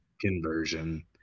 conversion